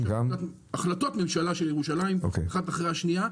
החלטות ממשלה של ירושלים אחת אחרי השנייה,